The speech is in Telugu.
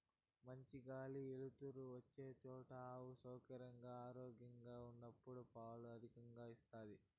మంచి గాలి ఎలుతురు వచ్చే చోట ఆవు సౌకర్యంగా, ఆరోగ్యంగా ఉన్నప్పుడు పాలు అధికంగా ఇస్తాది